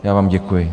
Já vám děkuji.